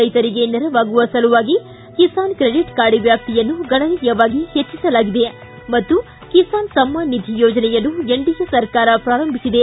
ರೈತರಿಗೆ ನೆರವಾಗುವ ಸಲುವಾಗಿ ಕಿಸಾನ್ ಕ್ರೆಡಿಟ್ ಕಾರ್ಡ್ ವ್ಯಾಪ್ತಿಯನ್ನು ಗಣನೀಯವಾಗಿ ಹೆಚ್ಚಿಸಲಾಗಿದೆ ಮತ್ತು ಕಿಸಾನ್ ಸಮ್ಮಾನ್ ನಿಧಿ ಯೋಜನೆಯನ್ನು ಎನ್ ಡಿ ಎ ಸರ್ಕಾರವು ಪ್ರಾರಂಭಿಸಿದೆ